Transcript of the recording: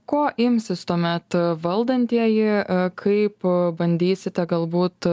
ko imsis tuomet valdantieji kaip bandysite galbūt